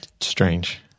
strange